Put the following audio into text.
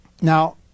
Now